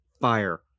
fire